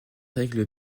règle